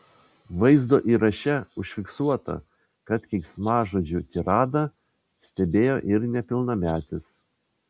vaizdo įraše užfiksuota kad keiksmažodžių tiradą stebėjo ir nepilnametis